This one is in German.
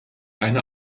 eine